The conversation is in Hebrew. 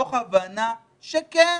מתוך הבנה שכן,